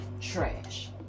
trash